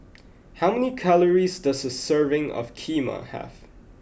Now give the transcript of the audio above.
how many calories does a serving of Kheema have